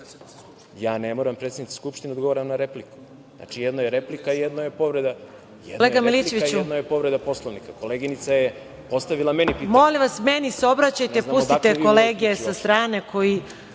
ne moram predsednici Skupštine da odgovaram na repliku. Znači, jedno je replika, jedno je povreda Poslovnika. Koleginica je postavila meni pitanje.